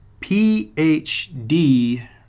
PhD